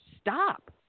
stop